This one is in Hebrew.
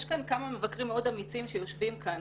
יש כאן כמה מבקרים מאוד אמיצים שיושבים כאן